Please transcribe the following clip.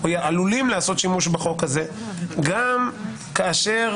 גם כאשר